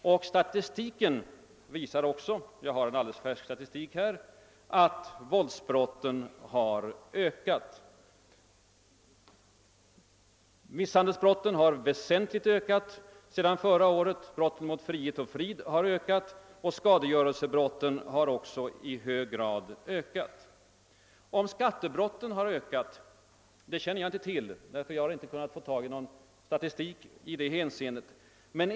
Statistiken visar även att våldsbrotten har ökat. Misshandelsbrotten har väsentligt ökat sedan förra året, brotten mot frihet och frid har ökat och skadegörelsebrotten har också i hög grad ökat. Om skattebrotten har ökat känner jag inte till, då jag inte har kunnat få tag i någon statistik i det hänseendet.